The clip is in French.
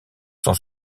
sont